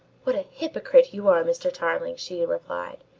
what a hypocrite you are, mr. tarling! she replied.